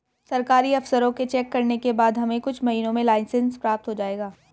सरकारी अफसरों के चेक करने के बाद हमें कुछ महीनों में लाइसेंस प्राप्त हो जाएगा